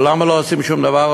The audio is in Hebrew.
או למה לא עושים שום דבר?